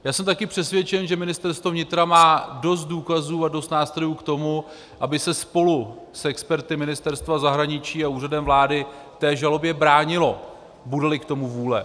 Já jsem taky přesvědčen, že Ministerstvo vnitra má dost důkazů a dost nástrojů k tomu, aby se spolu s experty Ministerstva zahraničí a Úřadem vlády té žalobě bránilo, budeli k tomu vůle.